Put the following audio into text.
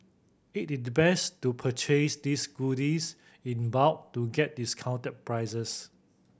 it is best to purchase these goodies in bulk to get discounted prices